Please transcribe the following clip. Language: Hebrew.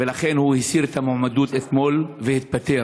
ולכן הוא הסיר את המועמדות אתמול והתפטר.